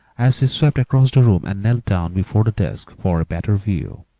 as she swept across the room and knelt down before the desk for a better view.